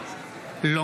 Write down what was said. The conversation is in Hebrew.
נוכח ולא